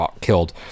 killed